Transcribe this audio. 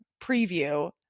preview